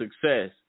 success